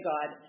God